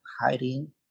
hiding